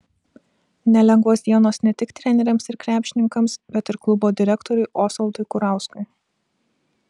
nelengvos dienos ne tik treneriams ir krepšininkams bet ir klubo direktoriui osvaldui kurauskui